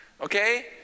okay